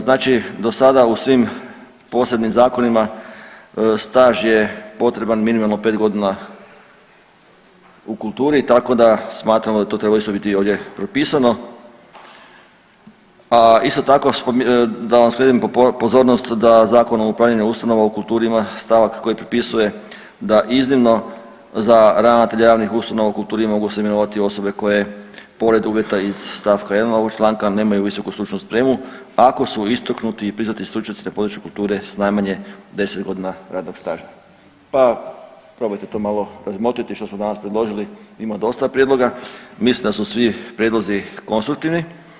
Znači do sada u svim posebnim zakonima staž je potreban minimalno 5 godina u kulturi, tako da smatramo da to treba isto biti ovdje propisano, a isto tako, da vam skrenem pozornost da Zakon o upravljanju ustanovama u kulturi ima stavak koji propisuje da iznimno za ravnatelja javnih ustanova u kulturi mogu se imenovati osobe koje pored uvjeta iz st. 1 ovog članka nemaju visoku stručnu spremu, ako su istaknuti i priznati stručnjaci na području kulture s najmanje 10 godina radnog staža pa probajte to malo razmotriti što smo danas predložili, ima dosta prijedloga, mislim da su svi prijedlozi konstruktivni.